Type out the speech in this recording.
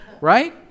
Right